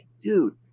dude